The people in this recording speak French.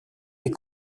est